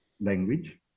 language